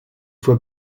voie